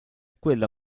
quella